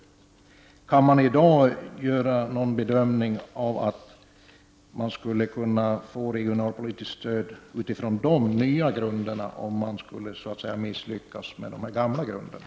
Den andra frågan jag skulle vilja ställa är då: Går det att i dag göra någon bedömning av om man skulle kunna få regionalpolitiskt stöd utifrån de nya grunderna, om man skulle misslyckas med de gamla grunderna?